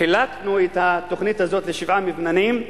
חילקנו את התוכנית הזאת לשבעה מבנים,